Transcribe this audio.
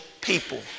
people